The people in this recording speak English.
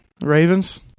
Ravens